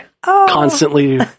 Constantly